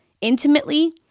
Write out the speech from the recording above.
intimately